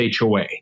HOA